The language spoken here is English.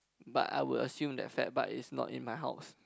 but I would assume that fact but is not in my house